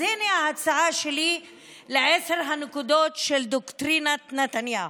אז הינה ההצעה שלי לעשר הנקודות של דוקטרינת נתניהו: